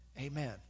Amen